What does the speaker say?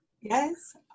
Yes